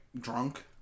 drunk